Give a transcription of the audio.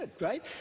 right